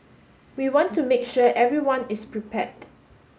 we want to make sure everyone is prepared